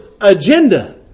agenda